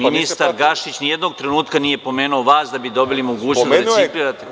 Ministar Gašić ni jednog trenutka nije pomenuo vas da bi dobili mogućnost da replicirate…